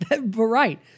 right